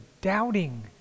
doubting